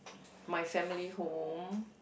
my family home